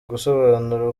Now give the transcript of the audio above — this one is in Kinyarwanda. gusobanura